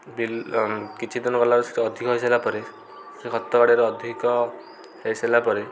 ବିଲ କିଛି ଦିନ ଗଲାରେ ସେ ଅଧିକ ହୋଇସାରିଲା ପରେ ସେଇ ଖତ ଗାଡ଼ିଆରୁ ଅଧିକ ହୋଇସାରିଲା ପରେ